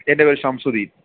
എൻ്റെ പേര് ഷംസുദീൻ